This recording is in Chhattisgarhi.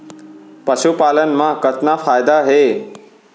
पशुपालन मा कतना फायदा हे?